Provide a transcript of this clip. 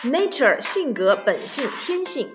Nature,性格,本性,天性